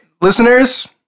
listeners